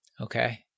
Okay